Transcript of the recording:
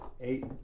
Eight